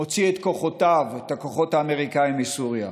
מוציא את כוחותיו, את הכוחות האמריקנים, מסוריה.